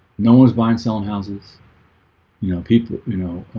no one was buying selling houses you know people you know